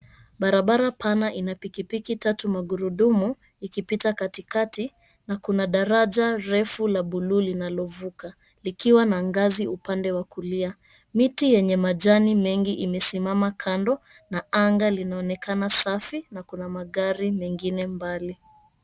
Barabara pana ina pikipiki tatu magurudumu ikipita katikati na kuna daraja refu la buluu linalovuka likiwa na ngazi upande wa kulia. Miti yenye majani mengi imesimama kando na anga linaonekana safi na kuna magari mengine mbali.